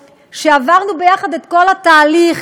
שעברנו ביחד את כל התהליך.